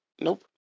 Nope